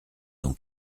donc